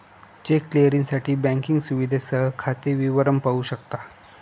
check क्लिअरिंगसाठी banking सुविधेसह खाते विवरण पाहू शकता